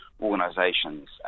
organisations